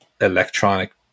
electronic